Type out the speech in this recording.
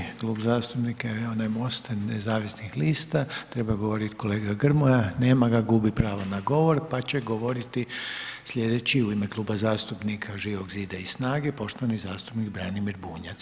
Sljedeći Klub zastupnika je onaj MOST-a nezavisnih lista, treba je govoriti kolega Grmoja, nema ga, gubi pravo na govor, pa će govoriti sljedeći u ime Kluba zastupnika Živog zida i SNAGA-e, poštovani zastupnik Branimir Bunjac.